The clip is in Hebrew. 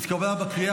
נתקבל.